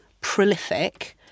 prolific